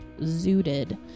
zooted